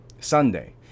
Sunday